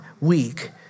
weak